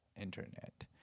internet